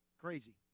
Crazy